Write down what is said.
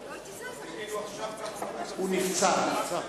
הוא נבצר.